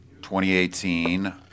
2018